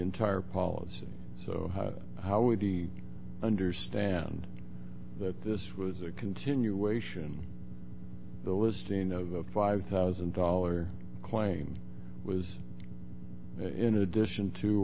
entire policy so how would he understand that this was a continuation and the listing of five thousand dollar claim was in addition to